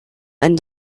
and